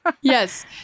Yes